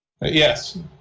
yes